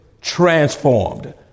transformed